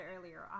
earlier